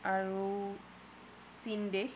আৰু চীন দেশ